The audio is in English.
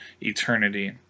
eternity